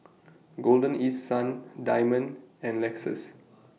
Golden East Sun Diamond and Lexus